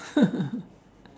!huh!